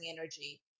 energy